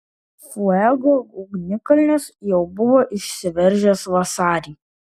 fuego ugnikalnis jau buvo išsiveržęs vasarį